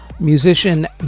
Musician